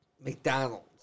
McDonald's